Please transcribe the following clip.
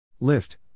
Lift